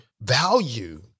value